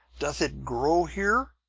doth it grow here?